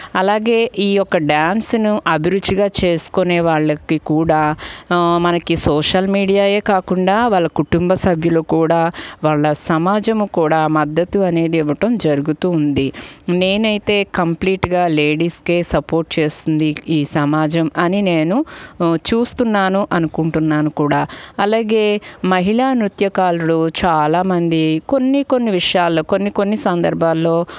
అలాగే ఈ యొక్క డ్యాన్స్ను అభిరుచిగా చేసుకునే వాళ్ళకి కూడా మనకి సోషల్ మీడియాయే కాకుండా వాళ్ళ కుటుంబ సభ్యులకు కూడా వాళ్ళ సమాజం కూడా మద్దతు అనేది ఇవ్వటం జరుగుతూ ఉంది నేనైతే కంప్లీట్గా లేడీస్కే సపోర్ట్ చేస్తుంది ఈ సమాజం అని నేను చూస్తున్నాను అనుకుంటున్నాను కూడా అలాగే మహిళా నృత్యకారులు చాలామంది కొన్ని కొన్ని విషయాల్లో కొన్ని కొన్ని సందర్భాల్లో